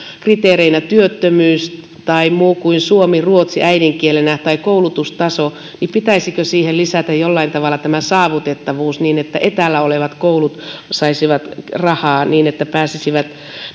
kriteerinä työttömyys tai muu kuin suomi tai ruotsi äidinkielenä tai koulutustaso niin pitäisikö siihen lisätä jollain tavalla tämä saavutettavuus että etäällä olevat koulut saisivat rahaa niin että ne pääsisivät